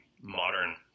modern